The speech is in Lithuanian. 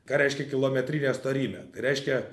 ką reiškia kilometrinė storymė tai reiškia